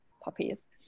puppies